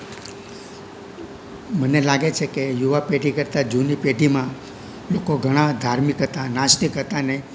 મને લાગે છે કે યુવા પેઢી કરતાં જૂની પેઢીમાં લોકો ઘણા ધાર્મિક હતા નાસ્તિક હતા ને